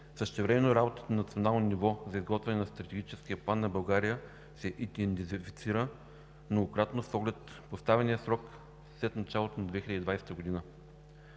Същевременно работа на национално ниво за изготвяне на стратегическия план на България се идентифицира многократно с оглед поставения срок след началото на 2020 г.